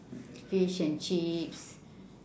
fish and chips